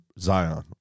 Zion